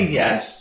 yes